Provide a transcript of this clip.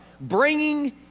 bringing